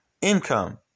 Income